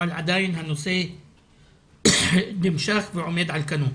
אבל עדיין הנושא נמשך ועומד על כנו.